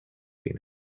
been